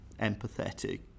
empathetic